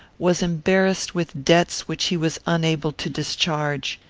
was embarrassed with debts which he was unable to discharge.